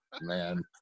Man